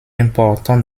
important